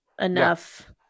enough